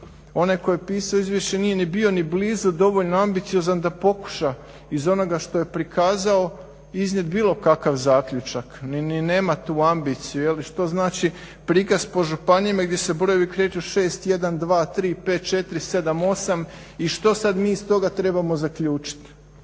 Onaj koji je pisao izvješće nije ni bio ni blizu dovoljno ambiciozan da pokuša iz onoga što je prikazao iznijeti bilo kakav zaključak. Ni nema tu ambiciju je li, što znači prikaz po županijama i gdje se brojevi kreću 6, 1, 2, 3, 5, 4, 7, 8 i što sada mi iz toga trebamo zaključiti.